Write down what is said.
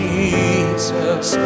Jesus